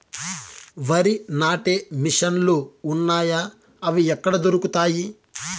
వరి నాటే మిషన్ ను లు వున్నాయా? అవి ఎక్కడ దొరుకుతాయి?